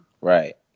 Right